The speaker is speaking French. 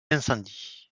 incendie